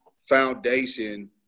foundation